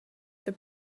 the